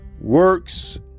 works